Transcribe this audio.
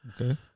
Okay